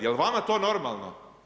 Jel vama to normalno?